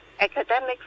academic